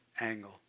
angle